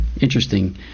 Interesting